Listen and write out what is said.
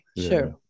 sure